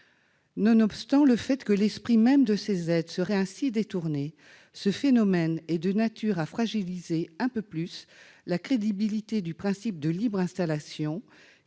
Nonobstant le fait que l'esprit même de ces aides serait ainsi détourné, ce phénomène est de nature à fragiliser un peu plus la crédibilité du principe de libre installation